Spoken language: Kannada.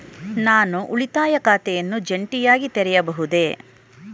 ನಾನು ಉಳಿತಾಯ ಖಾತೆಯನ್ನು ಜಂಟಿಯಾಗಿ ತೆರೆಯಬಹುದೇ?